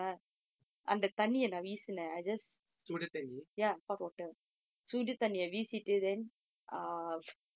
சுடுதண்ணி:suduthanni